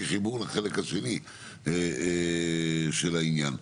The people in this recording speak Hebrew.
כחיבור לחלק השני של העניין.